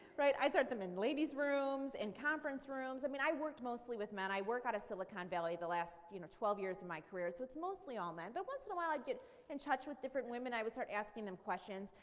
right? i'd start them in ladies rooms, in conference rooms. i mean i worked mostly with men. i worked out of silicon valley the last you know twelve years of and my career, so it's mostly all men. but once in a while i'd get in touch with different women, i would start asking them questions.